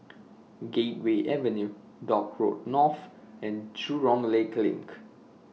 Gateway Avenue Dock Road North and Jurong Lake LINK